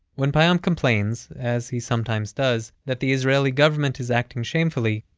when payam complains, as he sometimes does, that the israeli government is acting shamefully,